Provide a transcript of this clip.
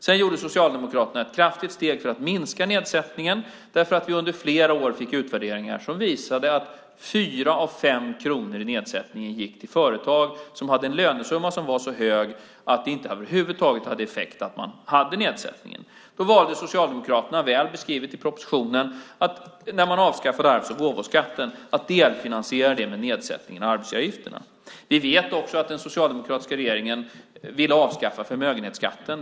Sedan tog Socialdemokraterna ett kraftigt steg för att minska nedsättningen, därför att vi under flera år fick utvärderingar som visade att 4 av 5 kronor av nedsättningen gick till företag som hade en lönesumma som var så hög att nedsättningen över huvud taget inte hade någon effekt. Då valde Socialdemokraterna, väl beskrivet i propositionen, när man avskaffade arvs och gåvoskatten att delfinansiera det med nedsättningen av arbetsgivaravgifterna. Vi vet också att den socialdemokratiska regeringen ville avskaffa förmögenhetsskatten.